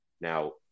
Now